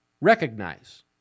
Recognize